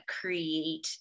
create